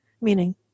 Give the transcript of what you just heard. meaning